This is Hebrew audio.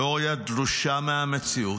תיאוריה תלושה מהמציאות.